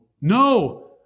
no